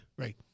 Right